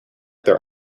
their